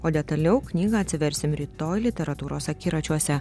o detaliau knygą atsiversim rytoj literatūros akiračiuose